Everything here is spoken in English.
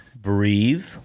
breathe